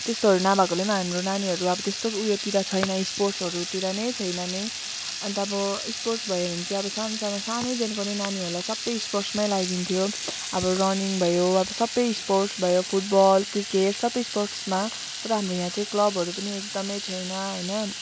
त्यस्तोहरू नभएकोले हाम्रो नानीहरू अब त्यस्तो उयोतिर छैन स्पोर्ट्सहरूतिर नै छैन नै अन्त अब स्पोर्ट्स भयो भने चाहिँ अब सान्सानो सानैदेखिको नै नानीहरूलाई सब स्पोर्ट्समा लगाइदिन्थ्यो अब रनिङ भयो अब सब स्पोर्ट्स भयो फुट बल क्रिकेट सब स्पोर्ट्समा तर हाम्रो यहाँ चाहिँ क्लबहरू पनि एकदम छैन होइन